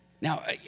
Now